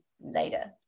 later